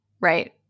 Right